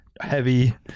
heavy